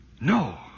No